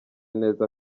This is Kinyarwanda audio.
neza